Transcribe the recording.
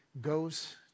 goes